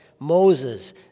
Moses